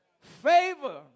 Favor